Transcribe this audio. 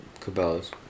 Cabela's